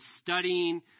studying